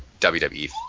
WWE